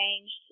changed